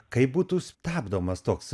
kaip būtų stabdomas toks